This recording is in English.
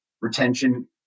Retention